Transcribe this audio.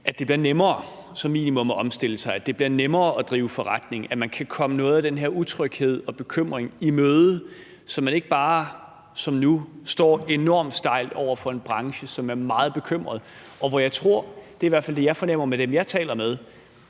minimum bliver nemmere at omstille sig, at det bliver nemmere at drive forretning, eller at man kan komme noget af den her utryghed og bekymring i møde, så man ikke bare som nu står enormt stejlt over for en branche, som er meget bekymret, og hvor jeg tror – det er i hvert fald det, jeg fornemmer på dem, jeg taler med